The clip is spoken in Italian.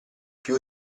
più